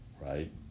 right